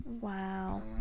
Wow